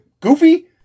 goofy